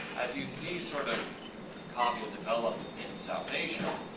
as you see sort of common development in salvation,